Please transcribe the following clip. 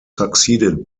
succeeded